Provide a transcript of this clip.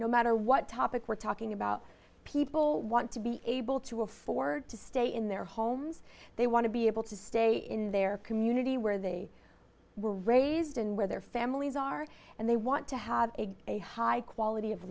no matter what topic we're talking about people want to be able to afford to stay in their homes they want to be able to stay in their community where they were raised and where their families are and they want to have a high quality of